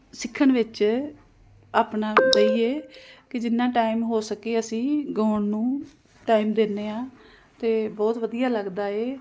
ਸਿੱਖਣ ਵਿੱਚ ਆਪਣਾ ਦਈਏ ਕਿ ਜਿੰਨਾ ਟਾਈਮ ਹੋ ਸਕੀਏ ਅਸੀਂ ਗਾਉਣ ਨੂੰ ਟਾਈਮ ਦਿੰਦੇ ਹਾਂ ਅਤੇ ਬਹੁਤ ਵਧੀਆ ਲੱਗਦਾ ਇਹ